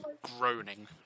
groaning